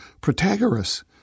Protagoras